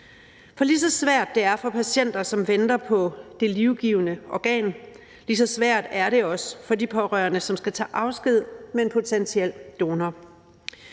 For lige så svært det er for patienter, som venter på det livgivende organ, lige så svært er det også for de pårørende, som skal tage afsked med en potentiel donor.